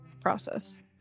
process